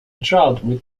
drought